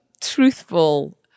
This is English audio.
truthful